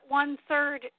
one-third